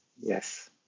yes